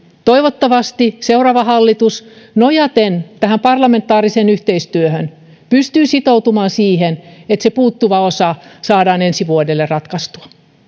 toivottavasti seuraava hallitus nojaten tähän parlamentaariseen yhteistyöhön pystyy sitoutumaan siihen että se puuttuva osa saadaan ensi vuodelle ratkaistua